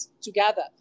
together